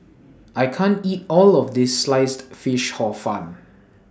I can't eat All of This Sliced Fish Hor Fun